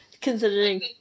Considering